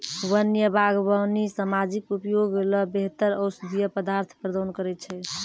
वन्य बागबानी सामाजिक उपयोग ल बेहतर औषधीय पदार्थ प्रदान करै छै